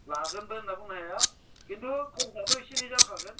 लागोनबो होनना बुंनो हाया खिन्थु खरसआथ' एसे एनै जाखागोन